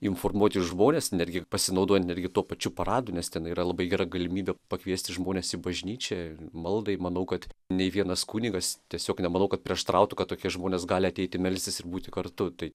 informuoti žmones netgi pasinaudojant netgi tuo pačiu paradu nes ten yra labai gera galimybė pakviesti žmones į bažnyčią maldai manau kad nei vienas kunigas tiesiog nemanau kad prieštarautų kad tokie žmonės gali ateiti melstis ir būti kartu tai